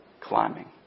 climbing